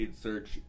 search